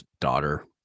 daughter